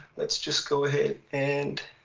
let's just go ahead and